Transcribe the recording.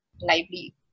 lively